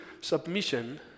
submission